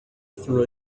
through